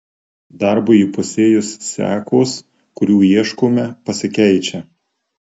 darbui įpusėjus sekos kurių ieškome pasikeičia